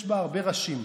יש בה הרבה ראשים,